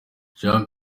jean